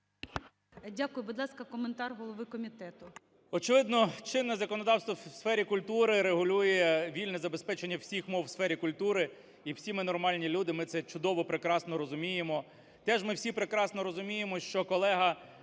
Дякую. Будь ласка, коментар голови комітету. 13:25:45 КНЯЖИЦЬКИЙ М.Л. Очевидно, чинне законодавство у сфері культури регулює вільне забезпечення всіх мов у сфері культури. І всі ми нормальні люди, ми це чудово, прекрасно розуміємо. Теж ми всі прекрасно розуміємо, що колега